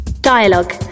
Dialogue